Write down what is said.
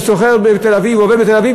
הוא שוכר בתל-אביב ועובד בתל-אביב,